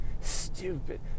Stupid